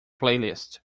playlist